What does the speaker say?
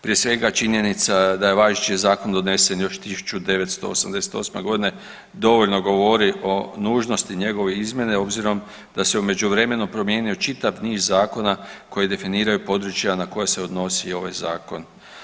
Prije svega činjenica da je važeći zakon donesen još 1988.g. dovoljno govori o nužnosti njegove izmjene obzirom da se u međuvremenu promijenio čitav niz zakona koji definiraju područja na koja se odnosi ovaj zakon.